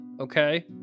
okay